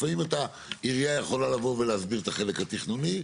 לפעמים עירייה יכולה לבוא ולהסביר את החלק התכנוני,